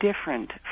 different